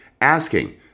asking